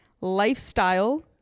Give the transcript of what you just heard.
lifestyle